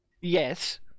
yes